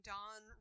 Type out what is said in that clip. Dawn